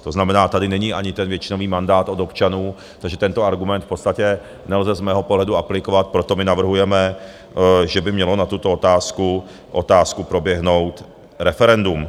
To znamená, tady není ani ten většinový mandát od občanů, takže tento argument v podstatě nelze z mého pohledu aplikovat, proto my navrhujeme, že by mělo na tuto otázku proběhnout referendum.